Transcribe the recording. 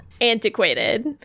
antiquated